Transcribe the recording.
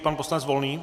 Pan poslanec Volný.